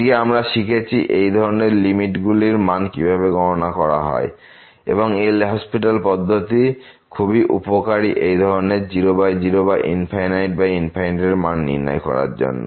আজকে আমরা শিখেছি এই ধরনের লিমিট গুলির মান কিভাবে গণনা করা হয় এবং এল হসপিটাল পদ্ধতি খুবই উপকারী এই ধরনের 00 বা ∞∞ র মান নির্ণয় করার জন্য